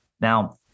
now